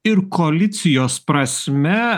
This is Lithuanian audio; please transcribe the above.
ir koalicijos prasme